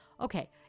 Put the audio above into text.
okay